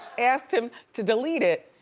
asked him to delete it,